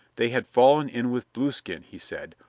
they had fallen in with blueskin, he said,